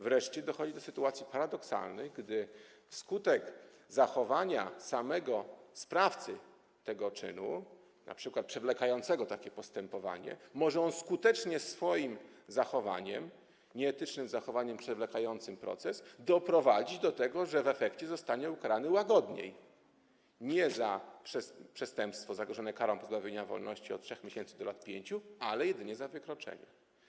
Wreszcie dochodzi do sytuacji paradoksalnych, gdy sam sprawca tego czynu, np. przewlekając takie postępowanie, może skutecznie swoim zachowaniem, nieetycznym zachowaniem przewlekającym proces, doprowadzić do tego, że w efekcie zostanie ukarany łagodniej - nie za przestępstwo zagrożone karą pozbawienia wolności od 3 miesięcy do lat 5, a jedynie za wykroczenie.